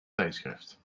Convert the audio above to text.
tijdschrift